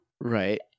Right